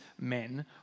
men